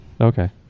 okay